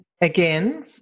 again